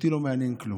אותי לא מעניין כלום,